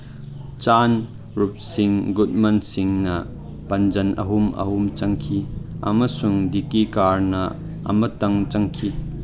ꯆꯥꯟ ꯔꯨꯞ ꯁꯤꯡ ꯒꯨꯠꯃꯟ ꯁꯤꯡꯅ ꯄꯟꯖꯟ ꯑꯍꯨꯝ ꯑꯍꯨꯝ ꯆꯟꯈꯤ ꯑꯃꯁꯨꯡ ꯗꯤꯛꯀꯤ ꯀꯥꯔꯅ ꯑꯃꯇꯪ ꯆꯟꯈꯤ